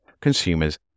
consumers